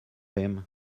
him